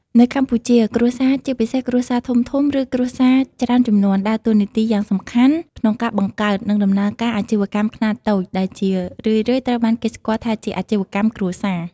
នៅកម្ពុជា គ្រួសារ ជាពិសេសគ្រួសារធំៗ ឬគ្រួសារច្រើនជំនាន់ ដើរតួនាទីយ៉ាងសំខាន់ក្នុងការបង្កើត និងដំណើរការអាជីវកម្មខ្នាតតូច ដែលជារឿយៗត្រូវបានគេស្គាល់ថាជា អាជីវកម្មគ្រួសារ។